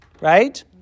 right